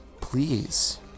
please